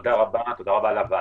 תודה רבה לוועדה.